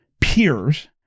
peers